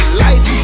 life